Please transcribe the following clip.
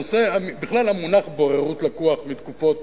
הנושא, בכלל המונח "בוררות" לקוח מתקופות